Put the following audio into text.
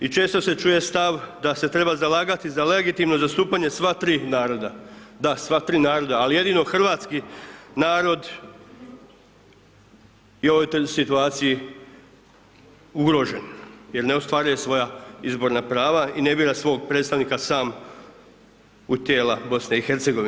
I često se čuje stav da se treba zalagati za legitimno zastupanje sva tri naroda, da sva tri naroda, ali jedino hrvatski narod je u ovoj trenutnoj situaciji ugrožen jer ne ostvaruje svoja izborna prava i ne bira svog predstavnika sam u tijela BiH.